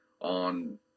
on